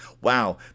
Wow